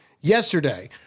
yesterday